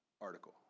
article